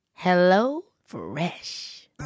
HelloFresh